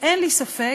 אין לי ספק,